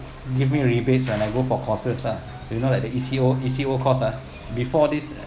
give me a rebates when I go for courses lah you know like the E_C_O E_C_O course ah before this